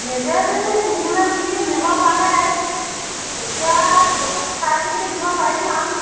নিজে যদি ছিঙি মেলি নিব পাৰে তেতিয়া কিবা এটা চাই চিতি দিব পাৰিম আৰু